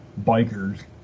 bikers